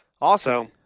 Awesome